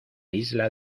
isla